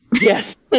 Yes